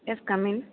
yes come in